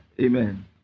Amen